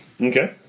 Okay